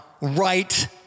right